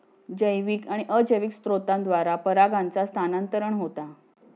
जैविक आणि अजैविक स्त्रोतांद्वारा परागांचा स्थानांतरण होता